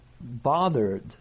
bothered